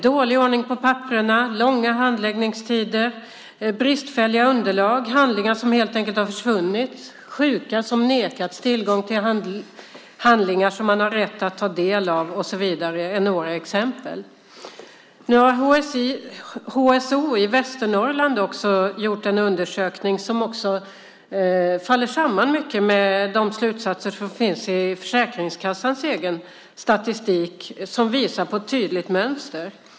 Dålig ordning på papperen, långa handläggningstider, bristfälliga underlag, handlingar som helt enkelt har försvunnit och sjuka som nekats tillgång till handlingar som man har rätt att ta del av är några exempel. Nu har HSO i Västernorrland också gjort en undersökning som i mycket faller samman med de slutsatser som finns i Försäkringskassans egen statistik och som visar på ett tydligt mönster.